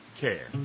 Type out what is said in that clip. care